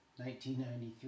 1993